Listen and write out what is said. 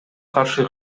каршы